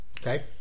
Okay